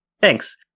Thanks